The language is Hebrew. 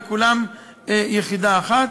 וכולם יחידה אחת.